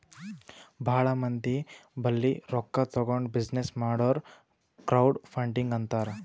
ಭಾಳ ಮಂದಿ ಬಲ್ಲಿ ರೊಕ್ಕಾ ತಗೊಂಡ್ ಬಿಸಿನ್ನೆಸ್ ಮಾಡುರ್ ಕ್ರೌಡ್ ಫಂಡಿಂಗ್ ಅಂತಾರ್